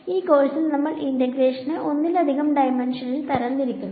ഈ കോഴ്സിൽ നമ്മൾ ഇന്റഗ്രഷനെ ഒന്നിലധികം ഡൈമെൻഷനിൽ തരംതിരിക്കുന്നു